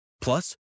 Plus